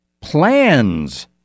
plans